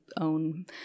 own